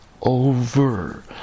over